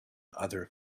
other